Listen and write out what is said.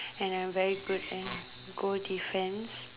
and I am very good at goal defence